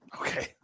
Okay